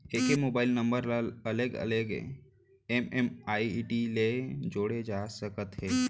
एके mobile number ल अलगे अलगे एम.एम.आई.डी ले जोड़े जा सकत हे